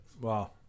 Wow